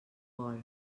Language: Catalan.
vol